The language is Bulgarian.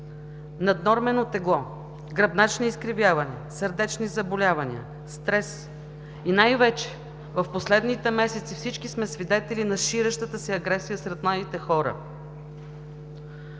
Наднормено тегло, гръбначни изкривявания, сърдечни заболявания, стрес и най-вече в последните месеци всички сме свидетели на ширещата се агресия сред младите хора.